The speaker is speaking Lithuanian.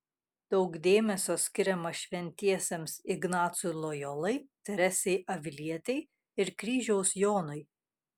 daug dėmesio skiriama šventiesiems ignacui lojolai teresei avilietei ir kryžiaus jonui